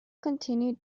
continued